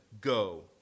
go